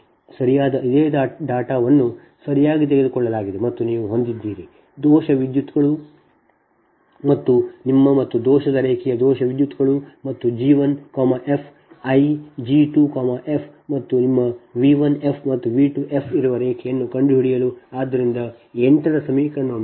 2 ಸರಿಯಾದ ಅದೇ ಡೇಟಾವನ್ನು ಸರಿಯಾಗಿ ತೆಗೆದುಕೊಳ್ಳಲಾಗಿದೆ ಮತ್ತು ನೀವು ಹೊಂದಿದ್ದೀರಿ ದೋಷದ ವಿದ್ಯುತ್ಗಳು ಮತ್ತು ನಿಮ್ಮ ಮತ್ತು ದೋಷದ ರೇಖೆಯ ದೋಷ ವಿದ್ಯುತ್ಗಳು ಮತ್ತು I g1 f I g2 f ಮತ್ತು ನಿಮ್ಮ V 1f ಮತ್ತು V 2f ಇರುವ ರೇಖೆಯನ್ನು ಕಂಡುಹಿಡಿಯಲು